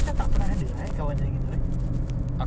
as in siapa ni yang bila kau kerja gym